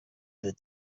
that